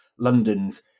london's